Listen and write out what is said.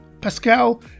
Pascal